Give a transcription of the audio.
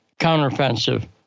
counteroffensive